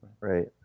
Right